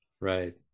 right